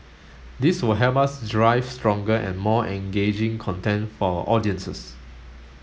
this will help us drive stronger and more engaging content for our audiences